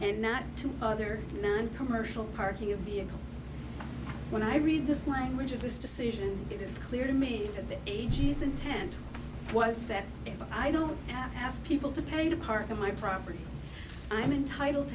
and not to other noncommercial parking of vehicles when i read this language of this decision it is clear to me at that age intent was that if i don't ask people to pay to park on my property i'm entitled